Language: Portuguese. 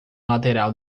lateral